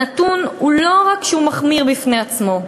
הנתון לא רק שהוא מחמיר בפני עצמו,